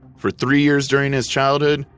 for three years during his childhood,